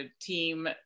team